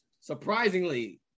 Surprisingly